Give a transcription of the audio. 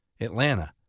Atlanta